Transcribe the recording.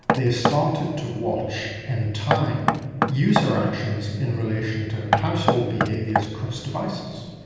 they started to watch and time user actions in relation to and household behaviours across devices.